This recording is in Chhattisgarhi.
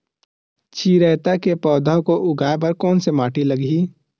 चिरैता के पौधा को उगाए बर कोन से माटी लगही?